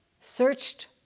searched